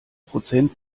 prozent